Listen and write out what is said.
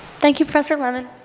thank you, professor lemmon.